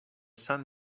san